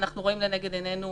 ואנחנו רואים לנגד עינינו